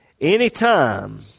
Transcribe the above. Anytime